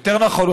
יותר נכון,